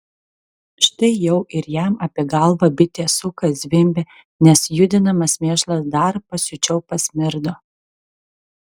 štai jau ir jam apie galvą bitė suka zvimbia nes judinamas mėšlas dar pasiučiau pasmirdo